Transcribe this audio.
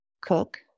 cook